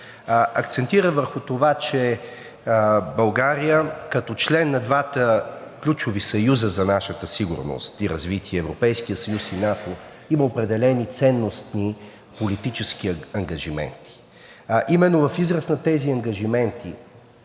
акцентира върху това, че България като член на двата ключови съюза за нашата сигурност и развитие – Европейския съюз и НАТО, има определени ценностни политически ангажименти, а именно в израз на тези ангажименти